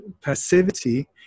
passivity